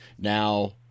Now